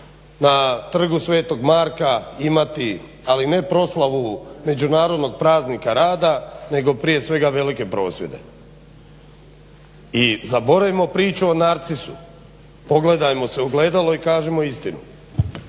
na Trgu svetog Marka imati ali ne proslavu međunarodnog praznika rada nego prije svega velike prosvjede. I zaboravimo priču o Narcisu, pogledajmo se u ogledalo i kažimo istinu.